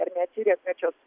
ar ne atsirenkančios